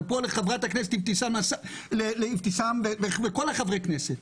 אני אומר את זה לחברת הכנסת אבתיסאם ולכל חברי הכנסת,